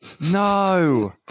No